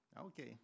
okay